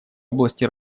области